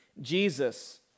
Jesus